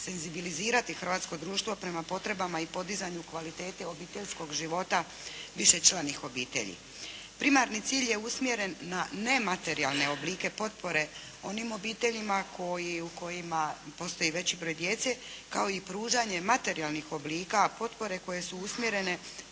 senzibilizirati hrvatsko društvo prema potrebama i podizanju kvalitete obiteljskog života višečlanih obitelji. Primarni cilj je usmjeren na nematerijalne oblike potpore onim obiteljima u kojima postoji veći broj djece, kao i pružanje materijalnih oblika potpore koje su usmjerene